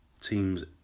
teams